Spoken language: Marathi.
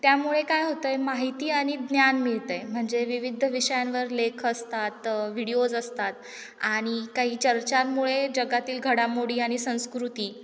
त्यामुळे काय होत आहे माहिती आणि ज्ञान मिळत आहे म्हणजे विविध विषयांवर लेख असतात व्हीडीओज असतात आणि काही चर्चांमुळे जगातील घडामोडी आणि संस्कृती